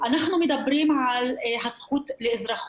אנחנו מדברים על הזכות לאזרחות.